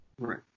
Right